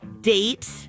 date